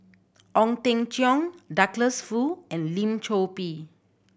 Ong Teng Cheong Douglas Foo and Lim Chor Pee